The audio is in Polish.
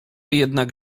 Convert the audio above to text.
jednak